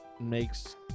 makes